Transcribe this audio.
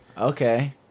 Okay